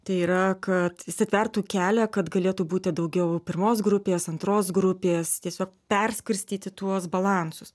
tai yra kad jis atvertų kelią kad galėtų būti daugiau pirmos grupės antros grupės tiesiog perskirstyti tuos balansus